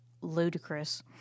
ludicrous